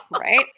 Right